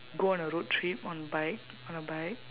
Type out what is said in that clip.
go on a road trip on bike on a bike